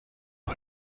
rez